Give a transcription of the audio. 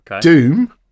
Doom